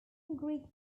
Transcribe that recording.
greek